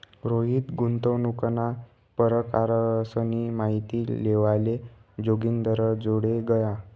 रोहित गुंतवणूकना परकारसनी माहिती लेवाले जोगिंदरजोडे गया